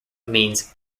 means